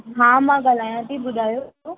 हा मां ॻाल्हायां थी ॿुधायो